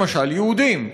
למשל יהודים,